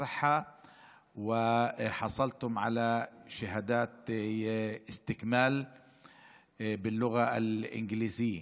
וקיבלתם תעודות השתלמות בשפה האנגלית.